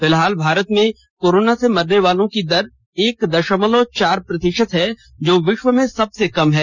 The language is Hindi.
फिलहाल भारत में कोरोना से मरने वालों की दर एक दशमलव चार प्रतिशत है जो विश्व में सबसे कम है